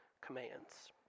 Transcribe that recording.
commands